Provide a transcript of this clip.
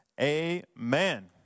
Amen